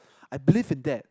I believe in that